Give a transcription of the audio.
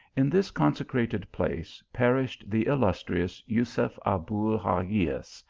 in this consecrated place perished the illustrious jusef abul hagias,